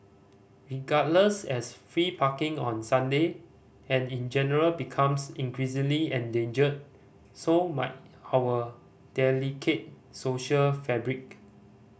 regardless as free parking on Sunday and in general becomes increasingly endangered so might our delicate social fabric